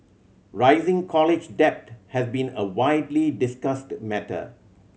rising college debt has been a widely discussed matter